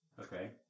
Okay